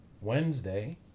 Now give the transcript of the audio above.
Wednesday